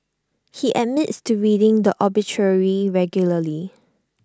he admits to reading the obituary regularly